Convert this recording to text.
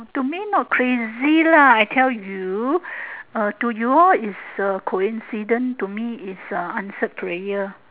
to me not crazy lah I tell you to you it's a coincidence to me it's a answered prayer